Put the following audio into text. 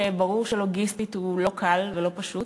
שברור שלוגיסטית הוא לא קל ולא פשוט,